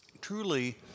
truly